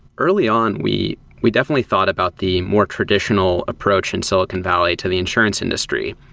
early on, we we definitely thought about the more traditional approach in silicon valley to the insurance industry,